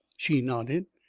she nodded.